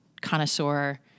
connoisseur